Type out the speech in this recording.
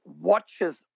watches